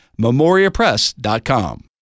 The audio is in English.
memoriapress.com